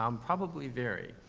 um probably vary.